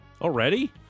Already